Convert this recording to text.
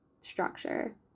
structure